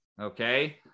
Okay